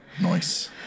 Nice